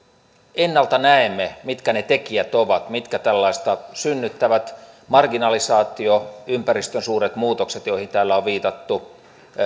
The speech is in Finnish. ennalta näemme mitkä ne tekijät ovat mitkä tällaista synnyttävät marginalisaatio ympäristön suuret muutokset joihin täällä on on viitattu